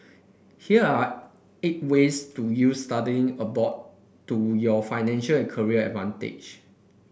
here are eight ways to use studying abroad to your financial and career advantage